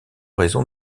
raison